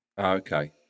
Okay